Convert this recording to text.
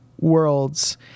worlds